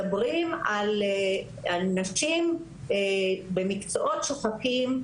מדברים על נשים במקצועות שוחקים,